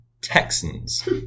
Texans